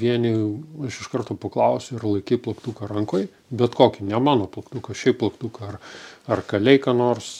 vieni jau aš iš karto paklausiu ar laikei plaktuką rankoj bet kokį ne mano plaktuką šiaip plaktuką ar ar kalei ką nors